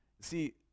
See